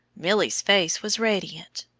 milly's face was radiant.